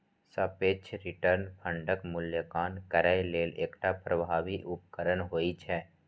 सापेक्ष रिटर्न फंडक मूल्यांकन करै लेल एकटा प्रभावी उपकरण होइ छै